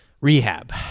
Rehab